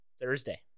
Thursday